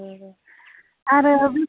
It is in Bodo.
औ आरो